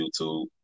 YouTube